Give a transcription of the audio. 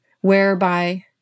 whereby